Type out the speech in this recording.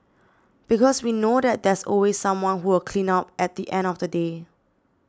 because we know that there's always someone who will clean up at the end of the day